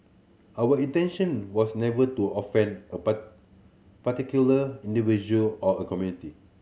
our intention was never to offend a part particular individual or a community